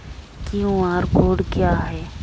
QR code क्या है?